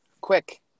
quick